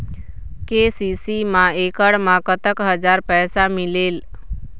KCC मा एकड़ मा कतक हजार पैसा मिलेल?